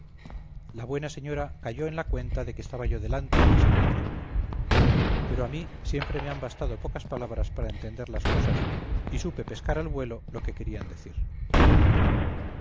la buena señora cayó en la cuenta de que estaba yo delante y se contuvo pero a mí siempre me han bastado pocas palabras para entender las cosas y supe pescar al vuelo lo que querían decir